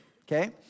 okay